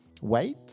Wait